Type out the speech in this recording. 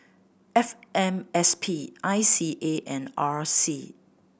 F M S P I C A and R C